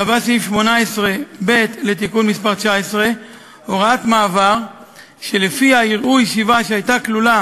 קבע סעיף 18(ב) בתיקון מס' 19 הוראת מעבר שלפיה יראו ישיבה שהייתה כלולה